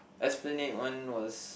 Esplanade one was